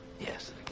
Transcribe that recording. Yes